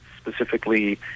specifically